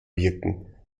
wirken